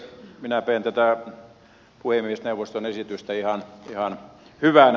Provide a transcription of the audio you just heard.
minä pidän tätä puhemiesneuvoston esitystä ihan hyvänä